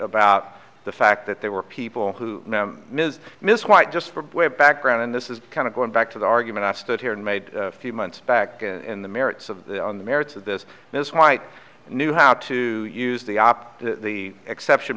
about the fact that there were people who ms miswired just background and this is kind of going back to the argument i stood here and made a few months back in the merits of the on the merits of this this white knew how to use the op the exception